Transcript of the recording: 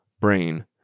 brain